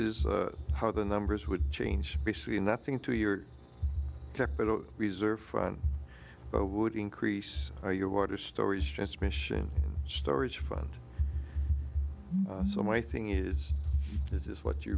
is how the numbers would change basically nothing to your capital reserve fund but would increase your water stories transmission storage fund so my thing is this is what you